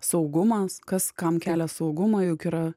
saugumas kas kam kelia saugumą juk yra